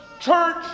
church